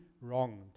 wronged